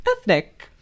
ethnic